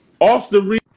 Austin